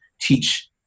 teach